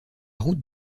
route